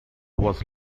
was